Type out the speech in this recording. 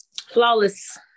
Flawless